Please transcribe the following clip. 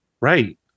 right